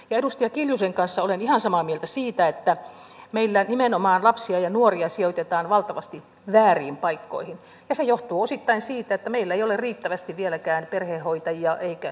edustaja kiljusen kanssa olen ihan samaa mieltä siitä että meillä nimenomaan lapsia ja nuoria sijoitetaan valtavasti vääriin paikkoihin ja se johtuu osittain siitä että meillä ei ole vieläkään riittävästi perhehoitajia eikä sijaisvanhempia